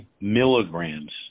milligrams